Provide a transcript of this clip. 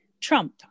Trump